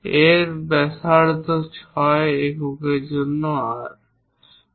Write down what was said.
এর ব্যাসার্ধ 6 এককের জন্য R